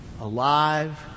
alive